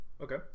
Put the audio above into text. Okay